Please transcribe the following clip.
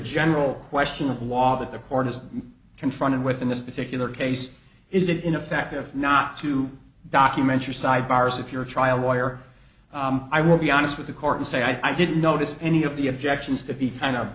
general question of law that the court is confronted with in this particular case is it in effect if not to document your sidebars if you're a trial lawyer i will be honest with the court and say i didn't notice any of the objections to be kind of